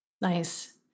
Nice